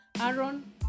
Aaron